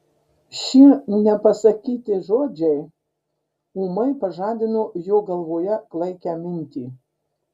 šie nepasakyti žodžiai ūmai pažadino jo galvoje klaikią mintį